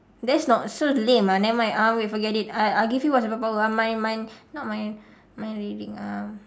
there's not so lame ah never mind ah wait forget it I I'll give you what superpower ah mind mind not mind mind reading ah